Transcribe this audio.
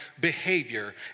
behavior